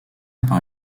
par